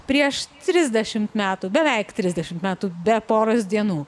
prieš trisdešimt metų beveik trisdešimt metų be poros dienų